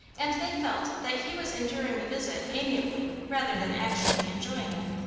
and they felt that he was enduring the visit amiably rather than actually enjoying it.